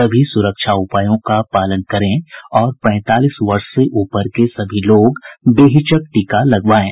सभी सुरक्षा उपायों का पालन करें और पैंतालीस वर्ष से ऊपर के सभी लोग बेहिचक टीका लगवाएं